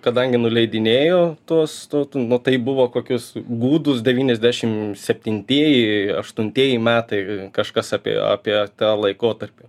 kadangi nuleidinėjo tuos to nu tai buvo kokius gūdūs devyniasdešim septintieji aštuntieji metai kažkas apie apie tą laikotarpį